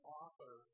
author